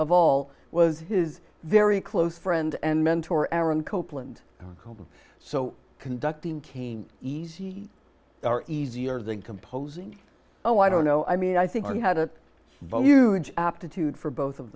of all was his very close friend and mentor aaron copeland koval so conducting came easy easier than composing oh i don't know i mean i think he had a aptitude for both of